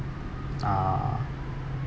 uh